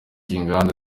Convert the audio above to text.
inganda